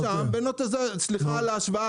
תלך לשם ו סליחה על ההשוואה,